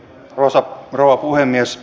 arvoisa rouva puhemies